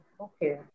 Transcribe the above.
Okay